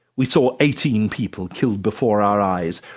we saw eighteen people killed before our eyes,